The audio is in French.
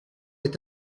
est